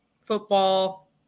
football